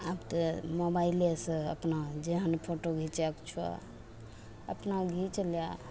आब तऽ मोबाइलेसे अपना जेहन फोटो घिचैके छऽ अपना घिचि ले